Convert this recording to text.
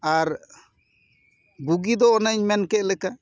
ᱟᱨ ᱵᱩᱜᱤ ᱫᱚ ᱚᱱᱮᱧ ᱢᱮᱱ ᱠᱮᱫ ᱞᱮᱠᱟ